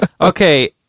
Okay